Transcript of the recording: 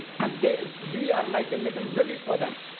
and we are like a little village for them,